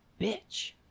bitch